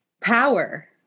power